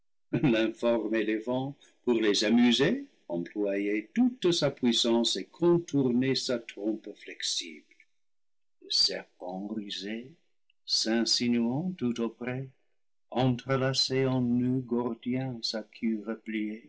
l'informe éléphant pour les amuser employait toute sa puissance et contournait sa trompe flexible le serpent rusé s'insinuant tout auprès entrelaçait en noeud gordien sa queue